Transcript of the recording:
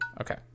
okay